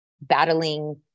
battling